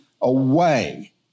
away